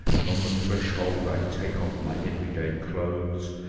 and on the threshold i take off my everyday clothes,